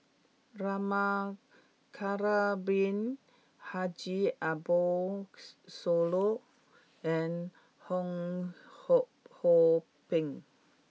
Rama Kannabiran Haji Ambo Sooloh and Fong Hoe Beng